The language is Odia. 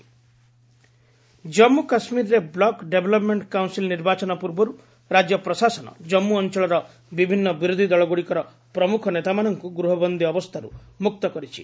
ଜେକେ ଲିଡର୍ସ ଜନ୍ମୁ କାଶ୍ମୀରରେ ବ୍ଲକ୍ ଡେଭ୍ଲପ୍ମେଣ୍ଟ କାଉନ୍ସିଲ୍ ନିର୍ବାଚନ ପୂର୍ବରୁ ରାଜ୍ୟ ପ୍ରଶାସନ ଜମ୍ମୁ ଅଞ୍ଚଳର ବିଭିନ୍ନ ବିରୋଧି ଦଳଗୁଡ଼ିକର ପ୍ରମୁଖ ନେତାମାନଙ୍କୁ ଗୃହବନ୍ଦୀ ଅବସ୍ଥାରୁ ମୁକ୍ତ କରିଛି